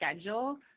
schedule